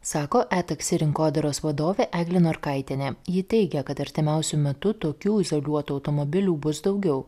sako etaksi rinkodaros vadovė eglė norkaitienė ji teigia kad artimiausiu metu tokių izoliuotų automobilių bus daugiau